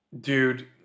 Dude